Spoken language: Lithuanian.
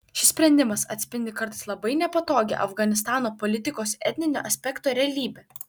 šis sprendimas atspindi kartais labai nepatogią afganistano politikos etninio aspekto realybę